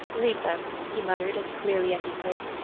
read them, he muttered as clearly as he could,